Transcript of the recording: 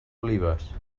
olives